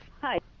Hi